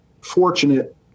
fortunate